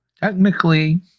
Technically